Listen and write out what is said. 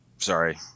Sorry